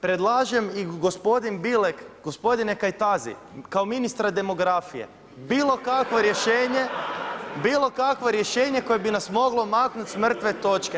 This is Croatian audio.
Predlažem i gospodin Bilek, gospodine Kajtazi, kao ministra demografije bilo kakvo rješenje, bilo kakvo rješenje koje bi nas moglo maknuti sa mrtve točke.